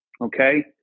Okay